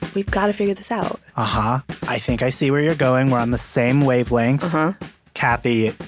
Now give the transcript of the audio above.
we've got to figure this out ah huh. i think i see where you're going. we're on the same wavelength ah huh kathy,